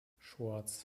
schwarz